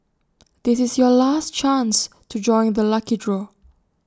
this is your last chance to join the lucky draw